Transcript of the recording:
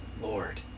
Lord